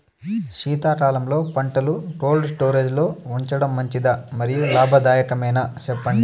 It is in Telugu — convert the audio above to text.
శీతాకాలంలో పంటలు కోల్డ్ స్టోరేజ్ లో ఉంచడం మంచిదా? మరియు లాభదాయకమేనా, సెప్పండి